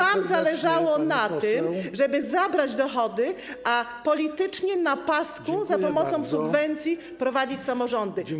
ale wam zależy na tym, żeby zabrać dochody, a politycznie - na pasku, za pomocą subwencji prowadzić samorządy.